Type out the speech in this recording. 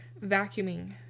vacuuming